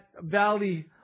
valley